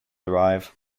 arrive